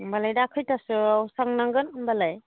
होम्बालाय दा खैतासोआव थांनांगोन होम्बालाय